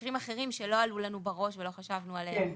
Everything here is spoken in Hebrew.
למקרים אחרים שלא עלו לנו בראש ולא חשבנו עליהם,